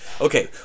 Okay